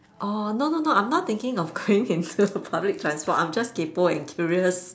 orh no no no I am not thinking of going into public transport I am just kaypoh and curious